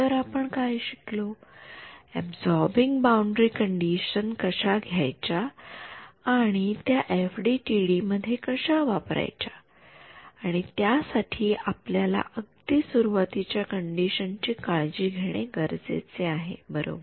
तर आपण काय शिकलो अबसॉरबिन्ग बाउंडरी कंडिशन कशा घ्यायच्या आणि त्या एफडीटीडी मध्ये कशा वापरायच्या आणि त्या साठी आपल्याला अगदी सुरवातीच्या कंडिशन ची काळजी घेणे गरजेचे आहे बरोबर